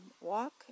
Walk